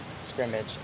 scrimmage